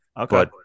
Okay